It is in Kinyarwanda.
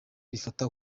rifata